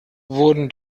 wurden